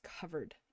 covered